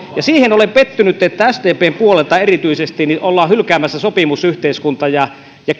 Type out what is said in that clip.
siihen olen pettynyt että erityisesti sdpn puolelta ollaan hylkäämässä sopimusyhteiskunta ja ja